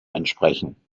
entsprechen